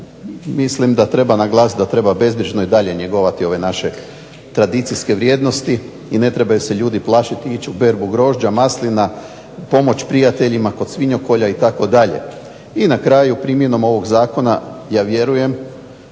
mislim da treba naglasiti da treba bezbrižno i dalje njegovati ove naše tradicijske vrijednosti i ne trebaju se ljudi plašiti ići u berbu grožđa, maslima, pomoć prijateljima kod svinjokolja itd. I na kraju, primjenom ovog zakona ja vjerujem